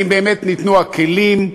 אם באמת ניתנו הכלים,